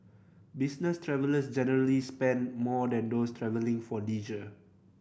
business travellers generally spend more than those travelling for leisure